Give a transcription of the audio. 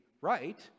right